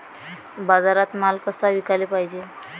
बाजारात माल कसा विकाले पायजे?